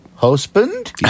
Husband